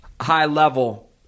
high-level